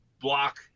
block